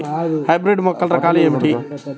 Hybrid మొక్కల రకాలు ఏమిటి?